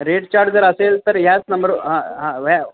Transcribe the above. rate chart जर असेल तर ह्याच नंबर हां हां व्या